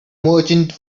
merchant